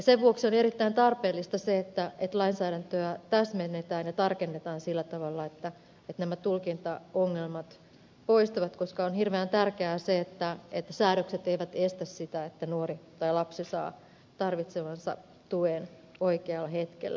sen vuoksi on erittäin tarpeellista se että lainsäädäntöä täsmennetään ja tarkennetaan sillä tavalla että nämä tulkintaongelmat poistuvat koska on hirveän tärkeää se että säädökset eivät estä sitä että nuori tai lapsi saa tarvitsemansa tuen oikealla hetkellä